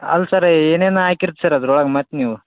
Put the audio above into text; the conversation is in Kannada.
ಅಲ್ಲ ಸರ್ ಏನೇನು ಹಾಕಿರ್ತೀರ್ ಅದ್ರೊಳಗೆ ಮತ್ತೆ ನೀವು